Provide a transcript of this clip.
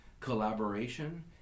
collaboration